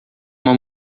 uma